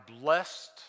blessed